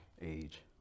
age